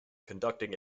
conducting